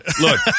Look